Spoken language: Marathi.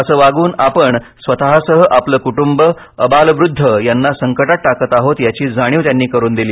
असं वागून आपण स्वतःसह आपलं कूटुंब अबाल वृद्ध यांना संकटात टाकत आहोत याची जाणिव त्यांनी करून दिली